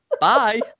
Bye